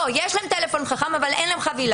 לא, יש להם טלפון חכם, אבל אין להם חבילה,